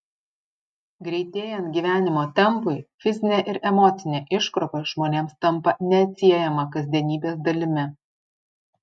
greitėjant gyvenimo tempui fizinė ir emocinė iškrova žmonėms tampa neatsiejama kasdienybės dalimi